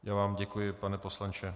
Já vám děkuji, pane poslanče.